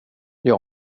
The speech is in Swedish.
jag